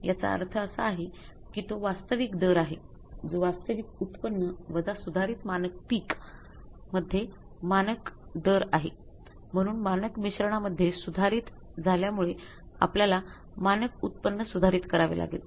याचा अर्थ असा आहे कीतो वास्तविक दर आहेजो वास्तविक उत्पन्न वजा सुधारित मानक पीक मध्ये मानक दर आहे म्हणून मानक मिश्रणामध्ये सुधारित झाल्यामुळे आपल्याला मानक उत्पन्न सुधारित करावे लागेल